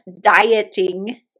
dieting